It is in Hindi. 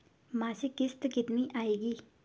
मासिक किश्त कितनी आएगी?